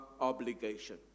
obligation